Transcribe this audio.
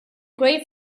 great